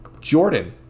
Jordan